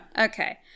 Okay